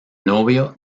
novio